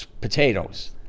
potatoes